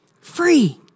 Free